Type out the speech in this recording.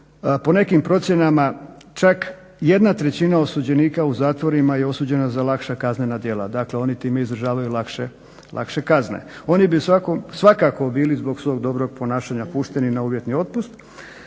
po nekim procjenama čak 1/3 osuđenika u zatvorima je osuđena za lakša kaznena djela. Dakle oni time izdržavaju lakše kazne. Oni bi svakako bili zbog svog dobrog ponašanja pušteni na uvjetni otpust,